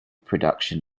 production